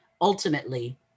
ultimately